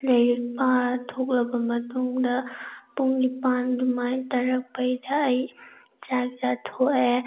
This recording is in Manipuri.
ꯂꯥꯏꯔꯤꯛ ꯄꯥꯊꯣꯛꯂꯕ ꯃꯇꯨꯡꯗ ꯄꯨꯡ ꯅꯤꯄꯥꯜ ꯑꯗꯨꯃꯥꯏꯅ ꯇꯥꯔꯛꯄꯩꯗ ꯑꯩ ꯆꯥꯛ ꯆꯥꯊꯣꯛꯑꯦ